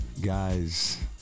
guys